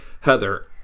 heather